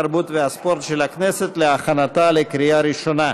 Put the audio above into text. התרבות והספורט של הכנסת להכנתה לקריאה ראשונה.